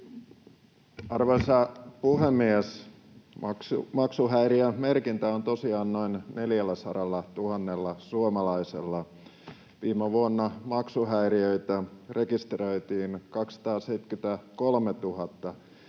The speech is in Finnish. Arvoisa puhemies! Maksuhäiriömerkintä on tosiaan noin 400 000 suomalaisella. Viime vuonna maksuhäiriöitä rekisteröitiin 273